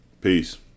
Peace